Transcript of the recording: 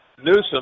Newsom